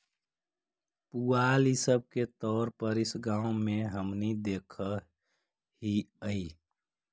पुआल इ सब के तौर पर इस गाँव में हमनि देखऽ हिअइ